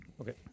Okay